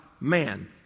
man